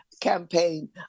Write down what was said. campaign